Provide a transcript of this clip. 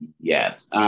Yes